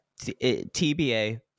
TBA